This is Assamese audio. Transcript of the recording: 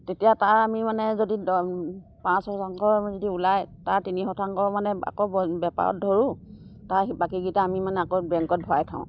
তেতিয়া তাৰ আমি মানে যদি পাঁচ শতাংশৰ যদি ওলাই তাৰ তিনি শতাংশ মানে আকৌ বেপাৰত ধৰোঁ তাৰ বাকীকেইটা আমি মানে আকৌ বেংকত ভৰাই থওঁ